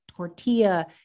tortilla